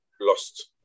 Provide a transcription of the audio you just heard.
lost